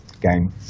game